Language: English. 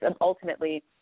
ultimately